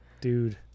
Dude